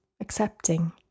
accepting